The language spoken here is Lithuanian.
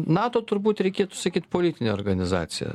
nato turbūt reikėtų sakyt politinė organizacija